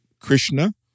Krishna